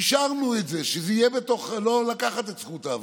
אישרנו את זה, לא לקחת את זכות ההפגנה.